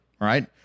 right